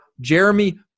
Jeremy